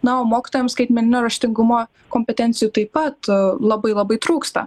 na o mokytojam skaitmeninio raštingumo kompetencijų taip pat labai labai trūksta